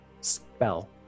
spell